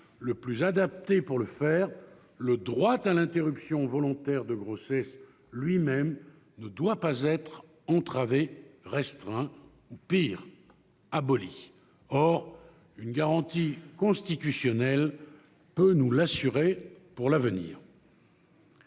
le plus adapté pour le faire, le droit à l'interruption volontaire de grossesse lui-même ne doit pas être entravé, restreint ou, pis, aboli. Une garantie constitutionnelle peut nous l'assurer pour l'avenir.